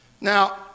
now